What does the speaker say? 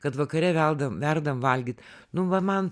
kad vakare veldam verdam valgyt nu va man